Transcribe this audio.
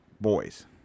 boys